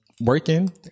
working